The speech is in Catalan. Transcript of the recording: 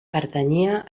pertanyia